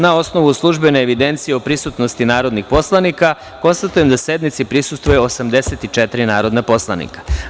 Na osnovu službene evidencije o prisutnosti narodnih poslanika, konstatujem da sednici prisustvuju 84 narodna poslanika.